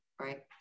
right